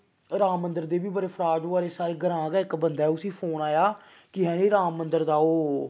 राम मन्दर पर बी बड़े फराड होआ दे साढ़े ग्रांऽ गै इक बंदा उसी फोन आया कि जानि राम मन्दर दा ओह्